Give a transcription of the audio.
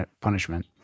punishment